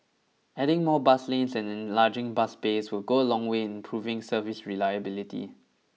adding more bus lanes and enlarging bus bays will go a long way in improving service reliability